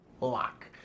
Lock